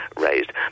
raised